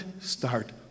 start